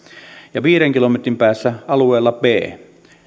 ja viiden kilometrin päässä alueella b